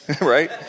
right